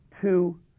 two